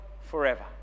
forever